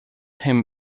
him